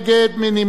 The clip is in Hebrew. נא להצביע.